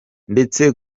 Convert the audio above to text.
ndetse